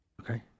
Okay